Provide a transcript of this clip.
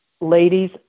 ladies